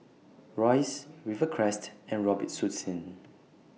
Royce Rivercrest and Robitussin